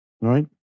Right